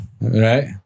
Right